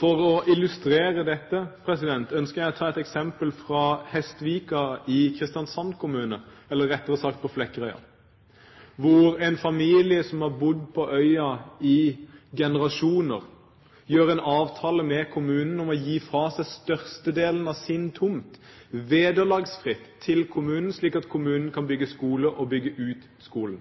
For å illustrere dette ønsker jeg å nevne et eksempel fra Hestvika i Kristiansand kommune, eller rettere sagt på Flekkerøy, hvor en familie som har bodd på øya i generasjoner, gjør en avtale med kommunen om å gi fra seg størstedelen av sin tomt vederlagsfritt til kommunen, slik at kommunen kan bygge skole, bygge ut skolen.